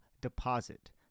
deposit